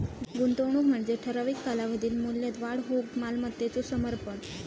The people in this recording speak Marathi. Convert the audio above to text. गुंतवणूक म्हणजे ठराविक कालावधीत मूल्यात वाढ होऊक मालमत्तेचो समर्पण